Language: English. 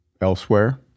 elsewhere